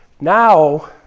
Now